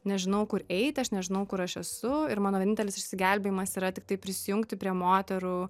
nežinau kur eiti aš nežinau kur aš esu ir mano vienintelis išsigelbėjimas yra tiktai prisijungti prie moterų